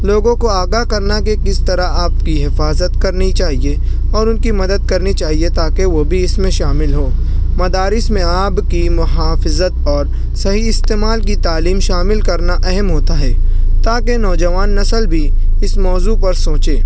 لوگوں کو آگاہ کرنا کہ کس طرح آپ کی حفاظت کرنی چاہیے اور ان کی مدد کرنی چاہیے تاکہ وہ بھی اس میں شامل ہوں مدارس میں آب کی محافظت اور صحیح استعمال کی تعلیم شامل کرنا اہم ہوتا ہے تاکہ نوجوان نسل بھی اس موضوع پر سوچے